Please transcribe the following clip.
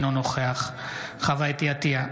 אינו נוכח חוה אתי עטייה,